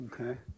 Okay